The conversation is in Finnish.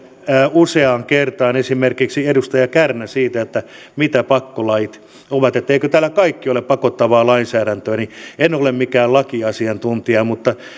useaan kertaan esimerkiksi edustaja kärnä mitä pakkolait ovat että eikö täällä kaikki ole pakottavaa lainsäädäntöä niin en ole mikään lakiasiantuntija mutta